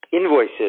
invoices